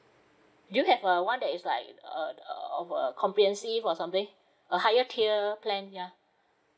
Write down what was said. do you have uh one that is like err err of uh comprehensive or something a higher tier plan ya